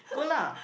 good lah